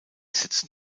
setzt